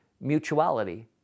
mutuality